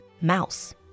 mouse